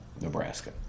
Nebraska